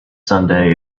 sunday